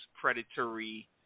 Predatory